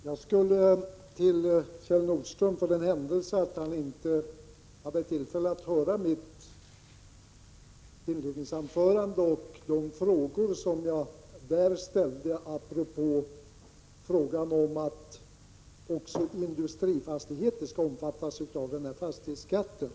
Fru talman! Kjell Nordström hade kanske inte tillfälle att höra mitt inledningsanförande och de frågor som jag där ställde apropå att också industrifastigheter borde omfattas av fastighetsskatten.